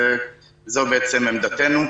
זו בעצם עמדתנו,